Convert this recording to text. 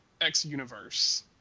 X-universe